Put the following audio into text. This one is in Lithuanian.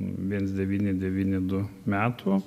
viens devyni devyni du metų